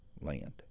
land